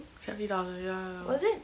seventy thousand ya ya ya